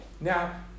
now